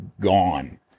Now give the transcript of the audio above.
gone